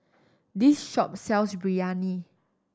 this shop sells Biryani